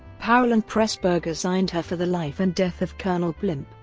powell and pressburger signed her for the life and death of colonel blimp,